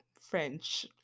french